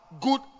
good